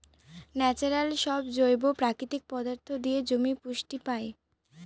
natural সব জৈব প্রাকৃতিক পদার্থ দিয়ে জমি পুষ্টি পায়